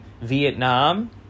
Vietnam